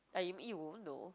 I mean you won't know